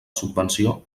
subvenció